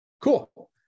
Cool